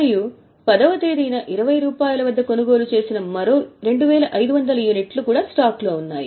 మరియు 10 వ తేదీన 20 రూపాయలు వద్ద కొనుగోలు చేసిన మరో 2500 యూనిట్లు కూడా స్టాక్లో ఉన్నాయి